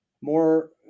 more